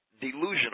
delusional